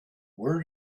where